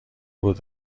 بود